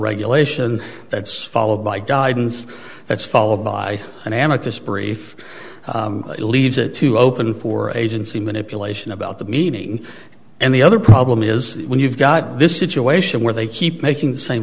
regulation that's followed by guidance that's followed by an amethyst brief it leaves it to open for agency manipulation about the meaning and the other problem is when you've got this situation where they keep making the same